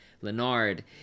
Leonard